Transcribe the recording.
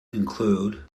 include